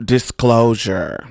Disclosure